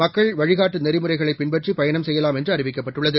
மக்கள்வழிகாட்டுநெறிமுறை களைபின்பற்றி பயணம்செய்யலாம்என்றுஅறிவிக்கப்பட்டுள்ளது